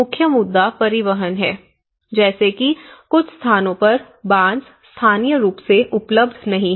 मुख्य मुद्दा परिवहन है जैसे कि कुछ स्थानों पर बांस स्थानीय रूप से उपलब्ध नहीं है